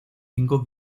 cinco